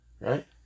right